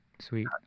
Sweet